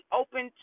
open